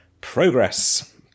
Progress